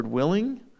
willing